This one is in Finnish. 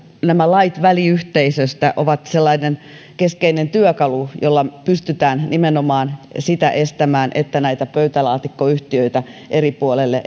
nämä lait väliyhteisöistä ovat sellainen keskeinen työkalu jolla pystytään nimenomaan sitä estämään että näitä pöytälaatikkoyhtiöitä eri puolille